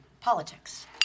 Politics